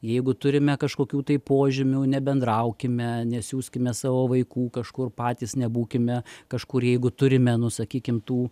jeigu turime kažkokių tai požymių nebendraukime nesiųskime savo vaikų kažkur patys nebūkime kažkur jeigu turime nu sakykim tų